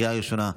לקריאה הראשונה.